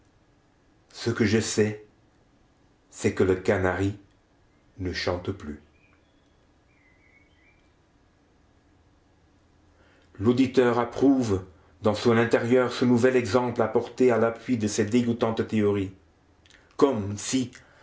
ce que je sais c'est que le canari ne chante plus l'auditeur approuve dans son intérieur ce nouvel exemple apporté à l'appui de ses dégoûtantes théories comme si